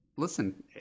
Listen